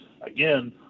again